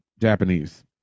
Japanese